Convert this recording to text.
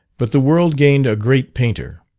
but the world gained a great painter.